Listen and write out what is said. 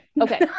okay